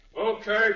Okay